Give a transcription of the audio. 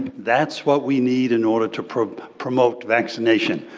that's what we need in order to promote promote vaccination.